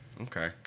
Okay